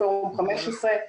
פורום ה-15.